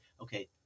okay